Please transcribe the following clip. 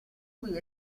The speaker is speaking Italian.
cui